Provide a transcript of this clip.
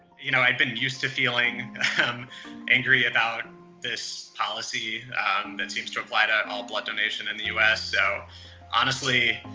you know, i'd been used to feeling angry about this policy that seems to apply to all blood donation in the us. so honestly,